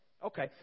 Okay